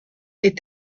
est